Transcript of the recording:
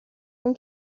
اون